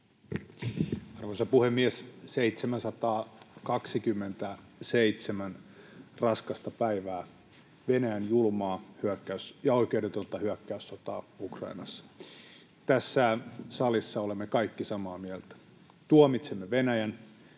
Arvoisa puhemies! 727 raskasta päivää Venäjän julmaa ja oikeudetonta hyökkäyssotaa Ukrainassa. Tässä salissa olemme kaikki samaa mieltä: Tuomitsemme Venäjän.